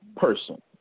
person